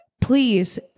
please